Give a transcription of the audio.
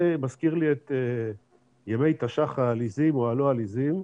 זה מזכיר לי את ימי תש"ח העליזים או הלא עליזים.